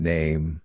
Name